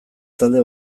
talde